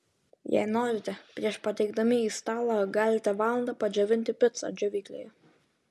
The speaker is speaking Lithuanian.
jei norite prieš pateikdami į stalą galite valandą padžiovinti picą džiovyklėje